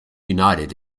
united